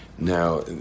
Now